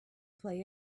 play